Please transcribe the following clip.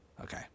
Okay